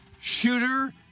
Shooter